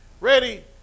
Ready